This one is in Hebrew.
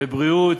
בבריאות,